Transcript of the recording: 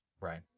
Right